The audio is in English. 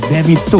David